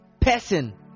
person